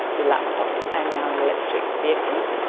your laptops, and now in electric vehicles.